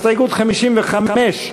אדוני, אנחנו מבקשים להצביע על הסתייגות 55,